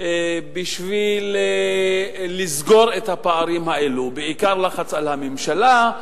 בשביל לסגור את הפערים האלו, בעיקר לחץ על הממשלה.